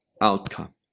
outcome